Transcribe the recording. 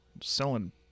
selling